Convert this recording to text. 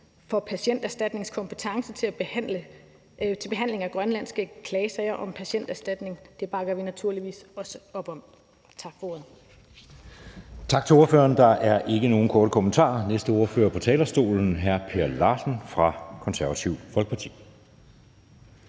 for Patienterstatningens kompetence til at behandle grønlandske klagesager om patienterstatning bakker vi naturligvis også op om. Tak for ordet.